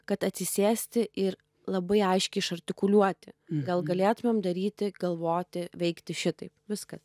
kad atsisėsti ir labai aiškiai išartikuliuoti gal galėtumėm daryti galvoti veikti šitaip viskas